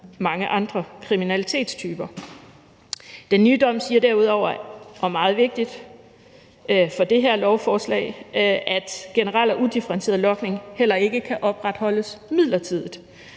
til mange andre kriminalitetstyper. Den nye dom selv siger derudover, og det er meget vigtigt for det her lovforslag, at generel og udifferentieret logning heller ikke kan opretholdes midlertidigt.